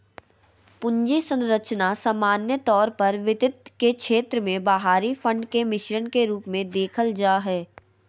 पूंजी संरचना सामान्य तौर पर वित्त के क्षेत्र मे बाहरी फंड के मिश्रण के रूप मे देखल जा हय